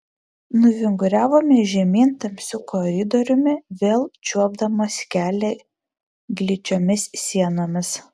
nuvinguriavome žemyn tamsiu koridoriumi vėl čiuopdamos kelią gličiomis sienomis